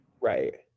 Right